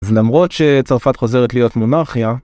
זה למרות שצרפת חוזרת להיות מונרכיה.